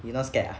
you not scared ah